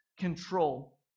control